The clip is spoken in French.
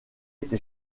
été